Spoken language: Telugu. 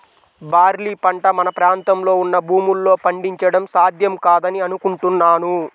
బార్లీ పంట మన ప్రాంతంలో ఉన్న భూముల్లో పండించడం సాధ్యం కాదని అనుకుంటున్నాను